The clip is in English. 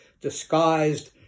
disguised